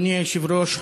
אדוני היושב-ראש,